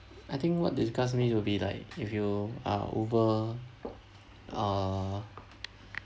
I think what disgusts me will be like if you are over err